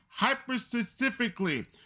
hyperspecifically